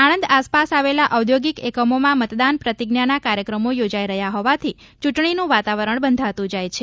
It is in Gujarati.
સાણંદ આસપાસ આવેલા ઔદ્યોગિક એકમોમાં મતદાન પ્રતિજ્ઞાના કાર્યક્રમો યોજાઇ રહ્યા હોવાથી ચૂંટણીનું વાતાવરણ બંધાતુ જાય છે